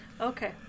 Okay